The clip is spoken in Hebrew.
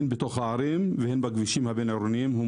הן בתוך הערים והן בכבישים הבין-עירוניים.